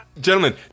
Gentlemen